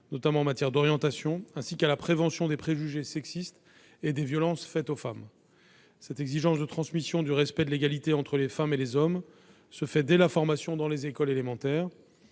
notamment en matière d'orientation, ainsi qu'à prévenir les préjugés sexistes et les violences faites aux femmes. Cette exigence de transmission du respect de l'égalité entre les femmes et les hommes se fait dès la formation dans les écoles élémentaires.